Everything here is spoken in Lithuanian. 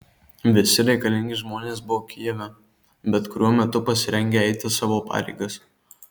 visi reikalingi žmonės buvo kijeve bet kuriuo metu pasirengę eiti savo pareigas